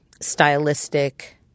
stylistic